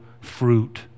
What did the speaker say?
fruit